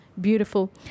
Beautiful